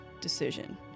decision